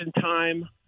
time